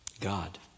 God